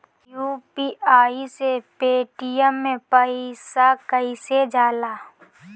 UPI से Paytm मे पैसा कइसे जाला?